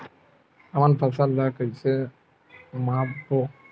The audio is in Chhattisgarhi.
हमन फसल ला कइसे माप बो?